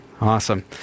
Awesome